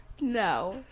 no